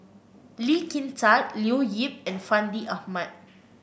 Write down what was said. Lee Kin Tat Leo Yip and Fandi Ahmad